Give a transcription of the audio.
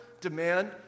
demand